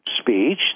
speech